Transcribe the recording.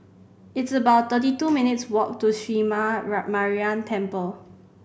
it's about thirty two minutes' walk to Sree Maha Mariamman Temple